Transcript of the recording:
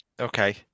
Okay